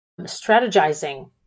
strategizing